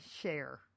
share